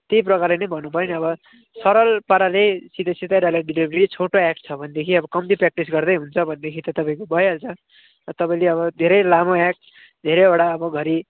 त्यही प्रकारले नै भन्नुभयो नि अब सरल पाराले सिधै सिधै डायलग डेलिभरी छोटो एक्ट छ भनेदेखि अब कम्ती प्र्याक्टिस गर्दै हुन्छ भनेदेखि त तपाईँको भइहाल्छ तर तपाईँले अब धेरै लामो एक्ट धेरैवटा अब घरि